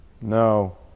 No